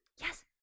Yes